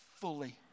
fully